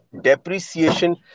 depreciation